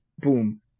boom